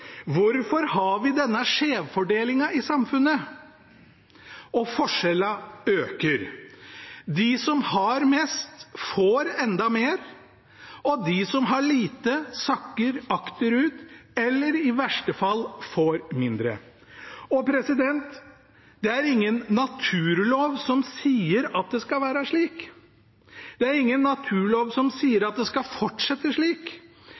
Hvorfor har vi denne skjevfordelingen i samfunnet? Og forskjellene øker. De som har mest, får enda mer, og de som har lite, sakker akterut eller – i verste fall – får mindre. Det er ingen naturlov som sier at det skal være slik. Det er ingen naturlov som sier at det skal fortsette slik.